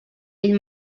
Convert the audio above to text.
ell